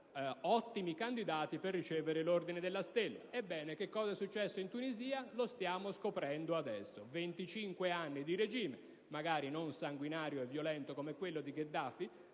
ottimi candidati per ricevere l'Ordine della Stella. Ebbene, che cosa è successo in Tunisia lo stiamo scoprendo adesso: 25 anni di regime, magari non sanguinario e violento come quello di Gheddafi,